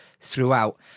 throughout